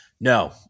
No